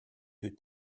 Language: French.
deux